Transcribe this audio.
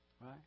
right